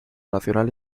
nacional